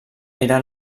era